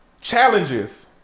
Challenges